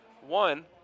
one